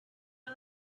and